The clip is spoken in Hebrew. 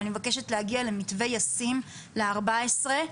ואני מבקשת להגיע למתווה ישים לארבע עשרה,